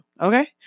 Okay